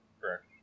Correct